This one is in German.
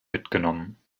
mitgenommen